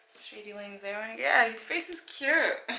shading lines there. yeah his face is cute